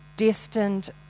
destined